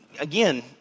Again